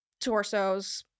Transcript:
torsos